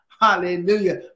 hallelujah